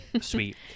sweet